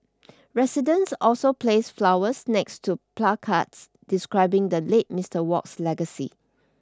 residents also placed flowers next to placards describing the late Mister Work's legacy